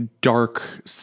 dark